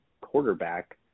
quarterback